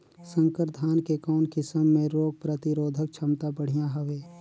संकर धान के कौन किसम मे रोग प्रतिरोधक क्षमता बढ़िया हवे?